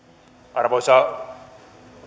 arvoisa